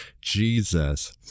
jesus